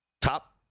Top